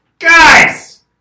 guys